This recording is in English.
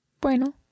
Bueno